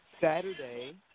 Saturday